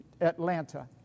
Atlanta